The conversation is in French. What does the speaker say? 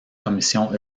commission